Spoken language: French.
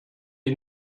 est